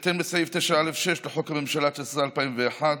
בהתאם לסעיף 9(א)(6) לחוק הממשלה, התשס"א 2001,